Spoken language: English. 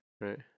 Right